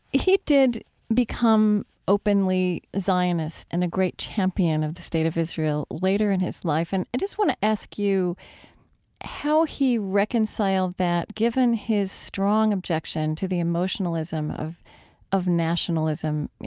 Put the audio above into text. he did become openly zionist and a great champion of the state of israel later in his life, and i just want to ask you how he reconciled that given his strong objection to the emotionalism of of nationalism, you